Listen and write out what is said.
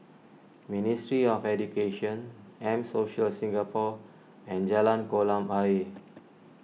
Ministry of Education M Social Singapore and Jalan Kolam Ayer